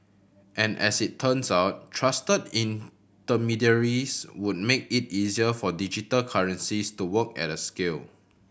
and as it turns out trusted intermediaries would make it easier for digital currencies to work at scale